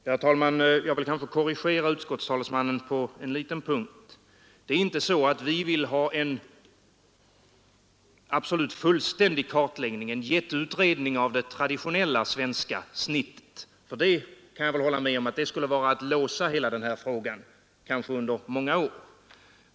Herr talman! Jag vill korrigera utskottets talesman på en liten punkt. Det är inte så att vi vill ha en fullständig kartläggning, en jätteutredning av det traditionella svenska snittet. Jag kan hålla med om att det skulle vara att låsa hela frågan, kanske under många år.